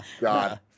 God